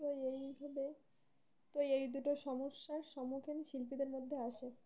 তো এইভাবে তো এই দুটো সমস্যার সম্মুখীন শিল্পীদের মধ্যে আছে